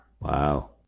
wow